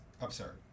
absurd